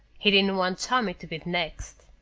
he didn't want tommy to be next.